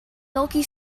milky